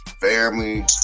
Family